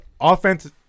Offense